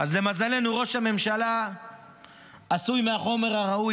אז למזלנו ראש הממשלה עשוי מהחומר הראוי,